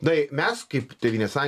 tai mes kaip tėvynės sąjunga